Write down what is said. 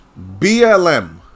BLM